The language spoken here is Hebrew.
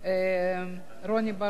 רוני בר-און,